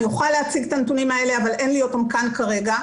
אוכל להציג את הנתונים אבל אין לי אותם כאן כרגע.